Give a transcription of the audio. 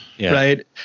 right